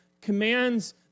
commands